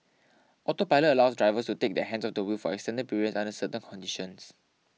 autopilot allows drivers to take their hands off the wheel for extended periods under certain conditions